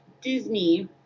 Disney